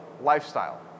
lifestyle